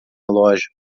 loja